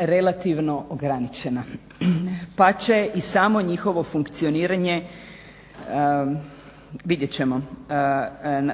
relativno ograničena pa će i samo njihovo funkcioniranje vidjet ćemo